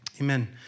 Amen